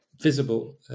visible